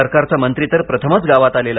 सरकारचा मंत्री तर प्रथमच गावात आलेला